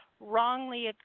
Wrongly